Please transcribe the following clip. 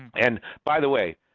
and by the way,